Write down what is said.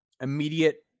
immediate